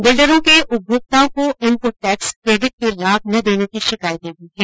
बिल्डरों के उपमोक्ताओं को इनपूट टैक्स क्रेडिट के लाभ न देने की शिकायतें भी हैं